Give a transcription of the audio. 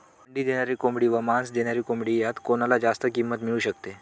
अंडी देणारी कोंबडी व मांस देणारी कोंबडी यात कोणाला जास्त किंमत मिळू शकते?